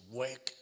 work